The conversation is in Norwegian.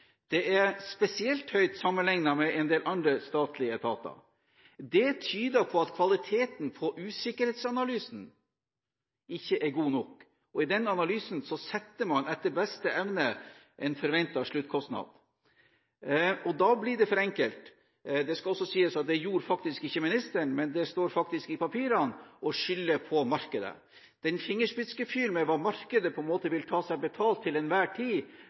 Det er spesielt høyt sammenlignet med en del andre statlige etater. Det tyder på at kvaliteten på usikkerhetsanalysen ikke er god nok, og i den analysen setter man etter beste evne en forventet sluttkostnad. Da blir det for enkelt – det skal sies at det gjorde ikke ministeren, men det står i papirene – å skylde på markedet. Denne fingerspitzengefühl med hva markedet på en måte vil ta seg betalt til enhver tid,